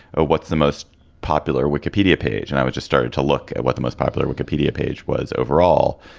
ah what's the most popular wikipedia page? and i was just started to look at what the most popular wikipedia page was overall.